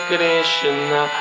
Krishna